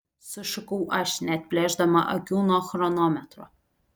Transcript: sušukau aš neatplėšdama akių nuo chronometro